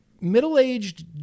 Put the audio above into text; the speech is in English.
middle-aged